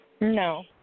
No